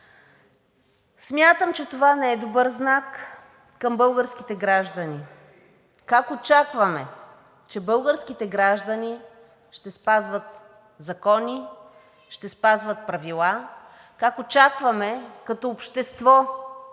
Смятам, че това не е добър знак към българските граждани. Как очакваме, че българските граждани ще спазват закони, ще спазват правила? Как очакваме като общество